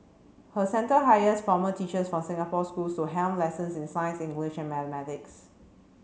her centre hires former teachers from Singapore schools to helm lessons in science English and mathematics